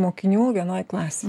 mokinių vienoj klasėj